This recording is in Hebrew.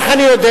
איך אני יודע?